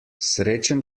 srečen